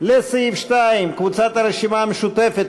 סיעת מרצ וקבוצת סיעת הרשימה המשותפת